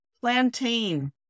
Plantain